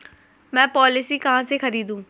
मैं पॉलिसी कहाँ से खरीदूं?